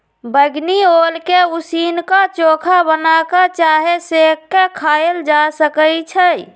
बइगनी ओल के उसीन क, चोखा बना कऽ चाहे सेंक के खायल जा सकइ छै